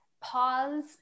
pause